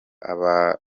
abarobyi